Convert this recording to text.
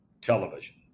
television